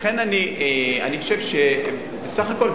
לכן אני חושב שבסך הכול,